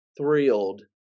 thrilled